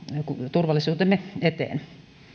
turvallisuutemme eteen